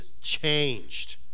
changed